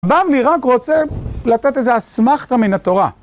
בבלי רק רוצה לתת איזה אסמכתה מן התורה.